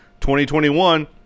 2021